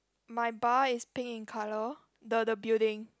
my bar is pink in colour the the building